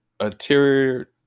interior